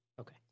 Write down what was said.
Okay